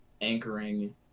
anchoring